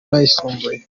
n’ayisumbuye